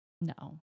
No